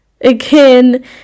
Again